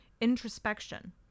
Introspection